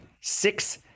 Six